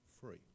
free